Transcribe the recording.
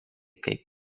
kaip